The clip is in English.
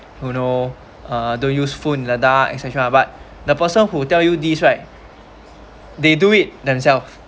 you know uh don't use phone in the dark etcetera but the person who tell you these right they do it themselves